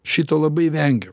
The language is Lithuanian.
šito labai vengiau